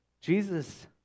Jesus